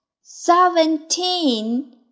seventeen